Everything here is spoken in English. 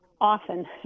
often